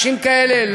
בכלל